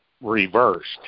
reversed